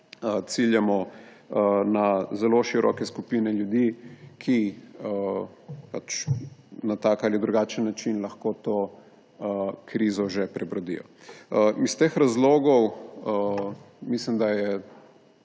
ciljamo na zelo široke skupine ljudi, ki na tak ali drugačen način lahko to krizo že prebrodijo. Iz teh razlogov mislim, da je